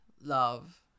love